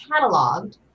cataloged